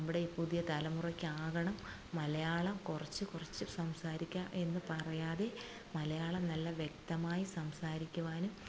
നമ്മുടെ ഈ പുതിയ തലമുറയ്ക്കാകണം മലയാളം കുറച്ച് കുറച്ച് സംസാരിക്കാം എന്ന് പറയാതെ മലയാളം നല്ല വ്യക്തമായി സംസാരിക്കുവാനും